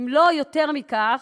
אם לא יותר מכך,